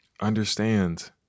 Understand